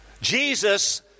Jesus